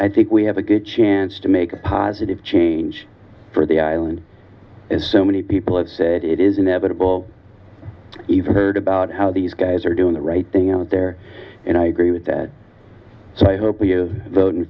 i think we have a good chance to make a positive change for the island as so many people have said it is inevitable even heard about how these guys are doing the right thing out there and i agree with that so i hope you vote in